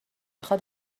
خواد